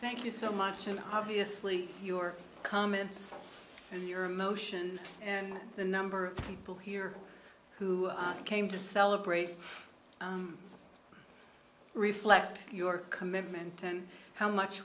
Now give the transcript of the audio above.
thank you so much and obviously your comments and your emotion and the number of people here who came to celebrate reflect your commitment ten how much